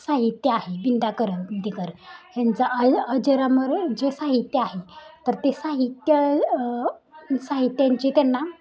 साहित्य आहे विंदा करंदीकर ह्यांचा अ अजरामर जे साहित्य आहे तर ते साहित्य साहित्यांचे त्यांना